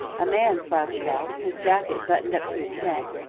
a man slouched out, his jacket buttoned up to his neck,